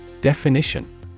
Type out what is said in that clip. Definition